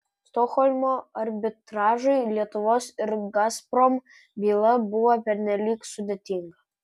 stokholmo arbitražui lietuvos ir gazprom byla buvo pernelyg sudėtinga